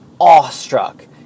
awestruck